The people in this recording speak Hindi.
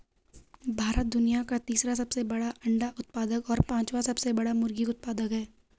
भारत दुनिया का तीसरा सबसे बड़ा अंडा उत्पादक और पांचवां सबसे बड़ा मुर्गी उत्पादक है